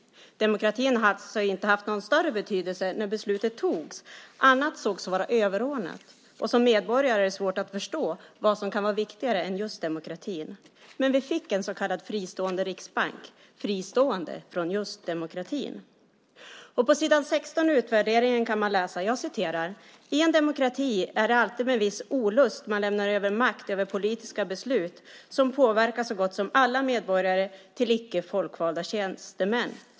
Demokratin hade inte någon större betydelse när beslutet togs - annat sågs vara överordnat. Som medborgare har man svårt att förstå vad som kan vara viktigare än just demokratin, men vi fick en så kallad fristående riksbank - fristående från just demokratin. På s. 16 i utvärderingen kan man läsa: "I en demokrati är det alltid med viss olust man lämnar över makt över politiska beslut som påverkar så gott som alla medborgare till icke folkvalda tjänstemän."